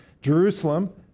Jerusalem